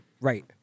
Right